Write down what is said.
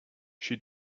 she